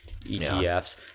ETFs